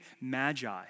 magi